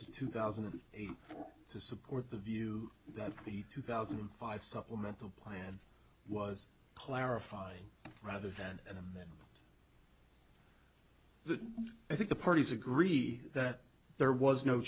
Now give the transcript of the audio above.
to two thousand and eight to support the view that the two thousand and five supplemental plan was clarified rather than them i think the parties agree that there was no